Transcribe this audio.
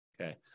Okay